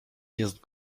jest